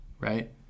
right